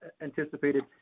anticipated